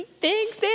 Thanks